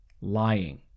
lying